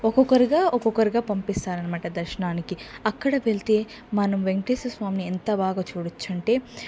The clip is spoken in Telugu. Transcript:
ఒక్కొక్కరుగా ఒక్కొక్కరుగా పంపిస్తారన్నమాట దర్శనానికి అక్కడ వెళ్తే మనం వేంకటేశ్వరస్వామిని ఎంత బాగా చూడచ్చంటే